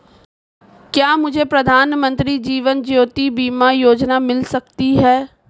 क्या मुझे प्रधानमंत्री जीवन ज्योति बीमा योजना मिल सकती है?